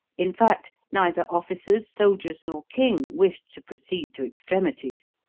in fact, neither officers, soldiers, nor king wished to proceed to extremities.